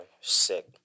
Sick